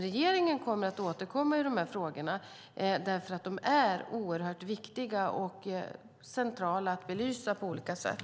Regeringen kommer att återkomma i frågorna, för de är oerhört viktiga. Det är centralt att man belyser dem på olika sätt.